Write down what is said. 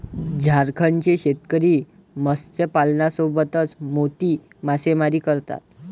झारखंडचे शेतकरी मत्स्यपालनासोबतच मोती मासेमारी करतात